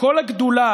"כל הגדולה,